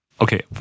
okay